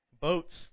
boats